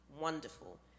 wonderful